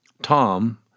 Tom